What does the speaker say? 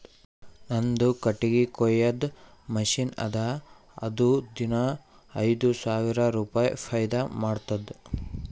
ನಂದು ಕಟ್ಟಗಿ ಕೊಯ್ಯದ್ ಮಷಿನ್ ಅದಾ ಅದು ದಿನಾ ಐಯ್ದ ಸಾವಿರ ರುಪಾಯಿ ಫೈದಾ ಮಾಡ್ತುದ್